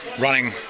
running